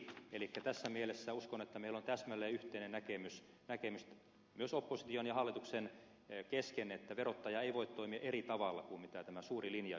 elikkä tässä mielessä uskon että meillä on täsmälleen yhteinen näkemys myös opposition ja hallituksen kesken että verottaja ei voi toimia eri tavalla kuin mitä tämä suuri linja jota hallitus noudattaa on